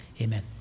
amen